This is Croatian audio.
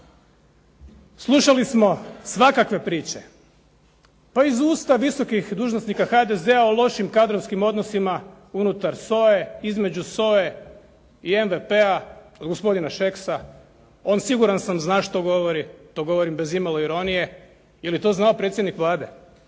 Slušali smo svakakve priče, pa i iz usta visokih dužnosnika HDZ-a o lošim kadrovskim odnosima unutar SOA-e, između SOA-e i MVP-a, od gospodina Šeksa, on siguran sam zna što govori, to govorim bez imalo ironije. Je li to znao predsjednik Vlade?